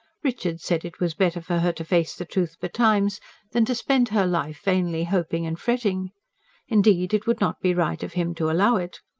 richard said it was better for her to face the truth betimes than to spend her life vainly hoping and fretting indeed, it would not be right of him to allow it.